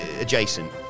Adjacent